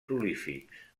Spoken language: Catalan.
prolífics